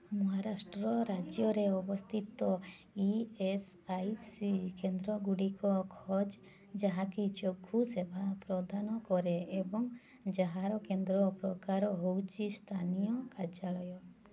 ମହାରାଷ୍ଟ୍ର ରାଜ୍ୟରେ ଅବସ୍ତିତ E S I C କେନ୍ଦ୍ର ଗୁଡ଼ିକ ଖୋଜ ଯାହାକି ଚକ୍ଷୁ ସେବା ପ୍ରଦାନ କରେ ଏବଂ ଯାହାର କେନ୍ଦ୍ର ପ୍ରକାର ହେଉଛି ସ୍ଥାନୀୟ କାର୍ଯ୍ୟାଳୟ